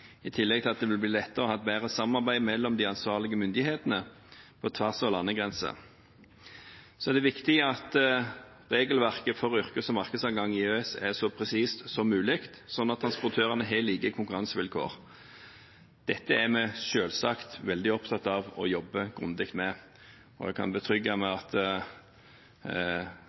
i tillegg til at det vil bli lettere å ha et bedre samarbeid mellom ansvarlige myndigheter på tvers av landegrensene. Så er det viktig at regelverket for yrkes- og markedsadgang i EØS er så presist så mulig, slik at transportørene har like konkurransevilkår. Dette er vi selvsagt veldig opptatt av å jobbe grundig med, og jeg kan